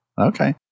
Okay